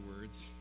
words